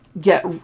get